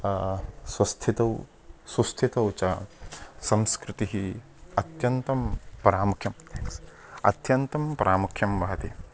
स्वस्थितौ सुस्थितौ च संस्कृतिः अत्यन्तं प्रामुख्यं अत्यन्तं प्रामुख्यं वहति